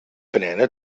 banana